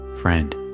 friend